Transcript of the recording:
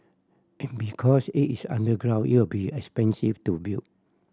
and because it is underground it will be expensive to build